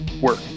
work